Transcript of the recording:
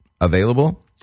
available